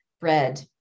bread